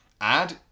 add